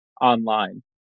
online